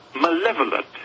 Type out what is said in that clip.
malevolent